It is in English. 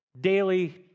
Daily